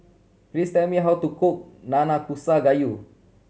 please tell me how to cook Nanakusa Gayu